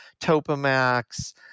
Topamax